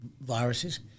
viruses